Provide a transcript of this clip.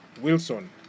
Wilson